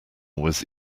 was